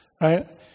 right